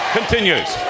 continues